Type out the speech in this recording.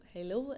Hello